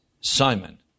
Simon